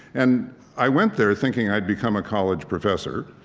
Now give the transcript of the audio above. and i went there thinking i'd become a college professor.